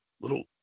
little